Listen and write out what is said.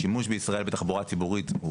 השימוש בישראל בתחבורה ציבורית,